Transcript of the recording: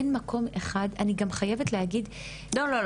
אין מקום אחד ואני גם חייבת להגיד --- לא,